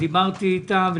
ודיברתי איתם,